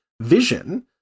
vision